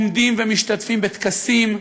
עומדים ומשתתפים בטקסים,